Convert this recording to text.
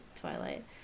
Twilight